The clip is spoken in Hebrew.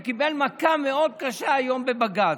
הוא קיבל מכה קשה מאוד היום בבג"ץ.